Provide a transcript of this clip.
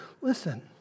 listen